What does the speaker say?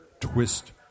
twist